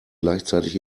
gleichzeitig